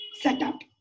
setup